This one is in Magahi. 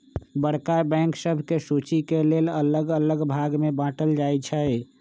बड़का बैंक सभके सुचि के लेल अल्लग अल्लग भाग में बाटल जाइ छइ